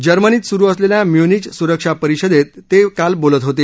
जर्मनीत सुरु असलेल्या म्यूनिच सुरक्षा परिषदेतेत काल बोलत होते